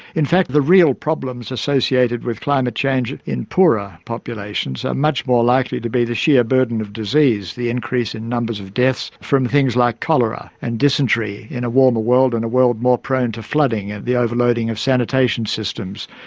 in fact, the real problems associated with climate change in poorer populations are much more likely to be the sheer burden of disease, the increase in numbers of deaths from things like cholera and dysentery in a warmer world, in a world more prone to flooding, and the overloading of sanitation systems.